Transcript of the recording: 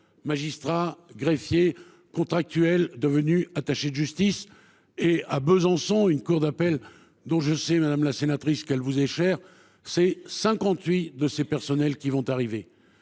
magistrats, greffiers, contractuels devenus attachés de justice. À Besançon, dans une cour d’appel dont je sais, madame la sénatrice, qu’elle vous est chère, cinquante huit de ces personnels vont arriver.